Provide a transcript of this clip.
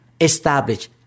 establish